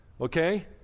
okay